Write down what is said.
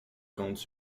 comte